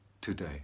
today